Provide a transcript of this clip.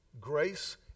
Grace